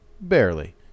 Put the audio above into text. barely